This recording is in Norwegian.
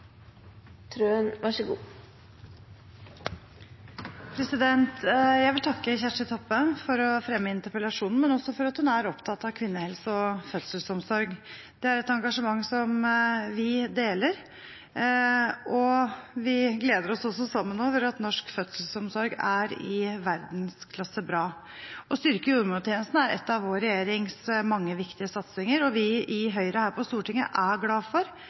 opptatt av kvinnehelse og fødselsomsorg. Det er et engasjement som vi deler, og vi gleder oss også sammen over at norsk fødselsomsorg er i verdensklasse bra. Å styrke jordmortjenesten er en av vår regjerings mange viktige satsinger, og vi i Høyre her på Stortinget er glad for